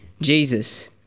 Jesus